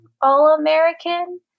All-American